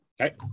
Okay